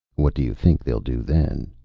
what do you think they'll do then?